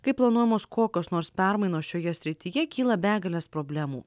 kai planuojamos kokios nors permainos šioje srityje kyla begalės problemų